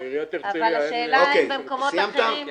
אבל השאלה אם במקומות אחרים גם נוהגים כך.